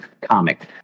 comic